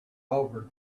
over